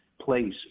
place